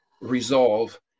resolve